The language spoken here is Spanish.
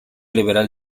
liberal